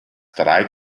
drei